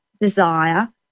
desire